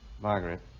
Margaret